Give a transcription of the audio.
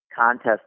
contest